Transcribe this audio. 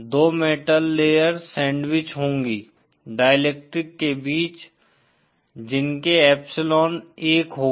दो metal layer sandwich होंगी dielectric के बीच जिनके एप्सिलॉन 1 होगा